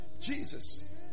Jesus